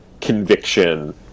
conviction